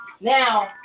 now